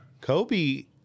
Kobe